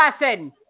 lesson